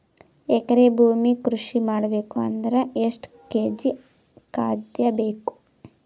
ಎಕರೆ ಭೂಮಿ ಕೃಷಿ ಮಾಡಬೇಕು ಅಂದ್ರ ಎಷ್ಟ ಕೇಜಿ ಖಾದ್ಯ ಬೇಕು?